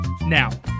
Now